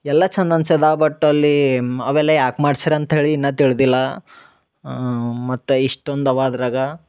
ಎಲ್ಲ ಚಂದ ಅನ್ಸ್ಯದ ಬಟ್ ಅಲ್ಲಿ ಅವೆಲ್ಲ ಯಾಕೆ ಮಾಡ್ಸೆರ ಅಂತ್ಹೇಳಿ ಇನ್ನ ತಿಳ್ದಿಲ್ಲ ಮತ್ತು ಇಷ್ಟೊಂದು ಅವಾ ಅದ್ರಾಗ